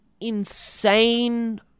insane